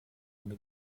ohne